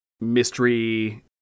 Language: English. mystery